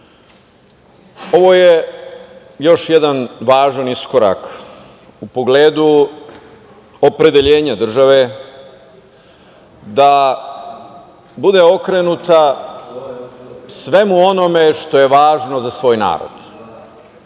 je još jedan važan iskorak u pogledu opredelenja države da bude okrenuta svemu onome što je važno za svoj narod.